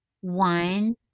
One